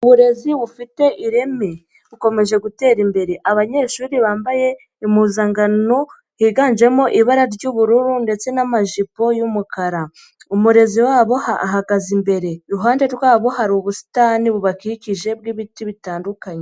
Uburezi bufite ireme bukomeje gutera imbere, abanyeshuri bambaye impuzankano higanjemo ibara ry'ubururu ndetse n'amajipo y'umukara, umurerezi wabo ahagaze imbere, iruhande rwabo hari ubusitani bubakikije bw'ibiti bitandukanye.